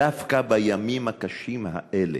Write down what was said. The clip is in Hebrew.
דווקא בימים הקשים האלה,